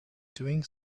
doing